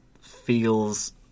feels